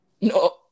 No